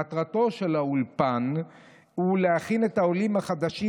מטרתו של האולפן היא להכין את העולים החדשים,